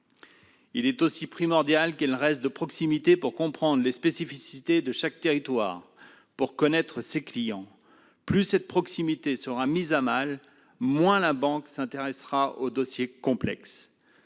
Il est aussi primordial qu'elles restent de proximité pour comprendre les spécificités de chaque territoire, pour connaître leurs clients. Plus cette proximité sera mise à mal, moins les banques s'intéresseront aux dossiers complexes.